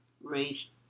raised